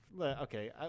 Okay